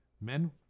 men